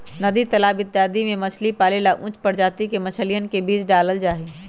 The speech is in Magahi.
नदी तालाब इत्यादि में मछली पाले ला उच्च प्रजाति के मछलियन के बीज डाल्ल जाहई